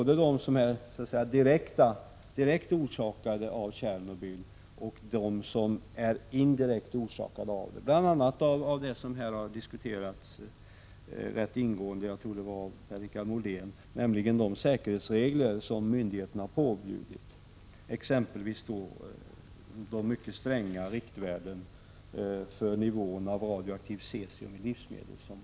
Det gäller både för kostnader som direkt har orsakats av Tjernobylolyckan och för de kostnader som indirekt har orsakats av den. Bl. a. gäller det kostnader till följd av de säkerhetsregler som myndigheterna har påbjudit och de mycket stränga riktvärden för nivån av radioaktivt cesium som har påbjudits.